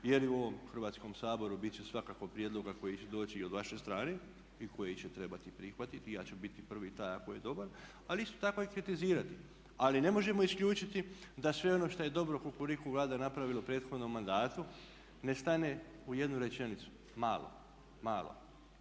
Jer i u ovom Hrvatskom saboru bit će svakako prijedloga koji će doći i od vaše strane i koje će trebati prihvatiti. Ja ću biti prvi taj ako je dobar, ali isto tako i kritizirati. Ali ne možemo isključiti da sve ono što je dobro Kukuriku vlada napravila u prethodnom mandatu ne stane u jednu rečenicu malu, malo